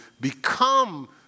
become